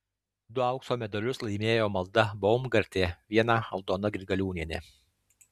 du aukso medalius laimėjo malda baumgartė vieną aldona grigaliūnienė